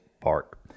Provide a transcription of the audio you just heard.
Park